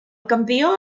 campió